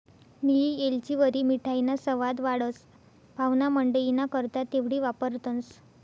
नियी येलचीवरी मिठाईना सवाद वाढस, पाव्हणामंडईना करता तेवढी वापरतंस